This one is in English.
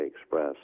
Express